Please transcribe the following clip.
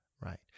right